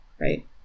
right